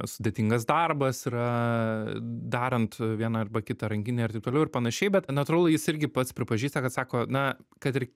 sudėtingas darbas yra darant vieną arba kitą rankinę ir taip toliau ir panašiai bet natūralu jis irgi pats pripažįsta kad sako na kad ir